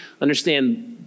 understand